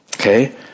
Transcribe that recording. Okay